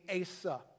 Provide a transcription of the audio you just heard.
Asa